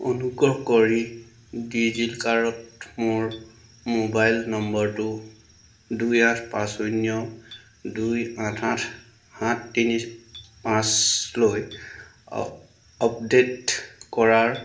অনুগ্ৰহ কৰি ডিজিলকাৰত মোৰ মোবাইল নম্বৰটো দুই আঠ পাঁচ শূন্য দুই আঠ আঠ সাত তিনি পাঁচলৈ আপডেট কৰাৰ